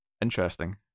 Interesting